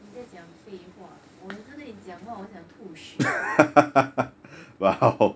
你在讲废话我每一次跟你讲话我想吐血